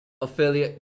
affiliate